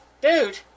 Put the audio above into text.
dude